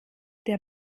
der